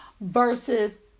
versus